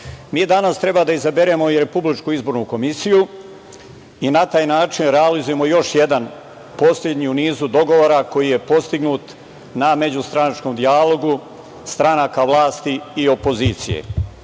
danas treba da izaberemo i Republičku izbornu komisiju i na taj način realizujemo još jedan, poslednji u nizu dogovora koji je postignut na međustranačkom dijalogu stranaka vlasti i opozicije.